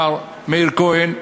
מר מאיר כהן,